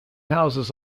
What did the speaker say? houses